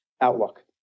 outlook